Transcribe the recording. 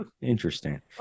interesting